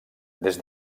des